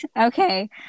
Okay